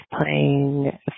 playing